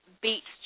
beats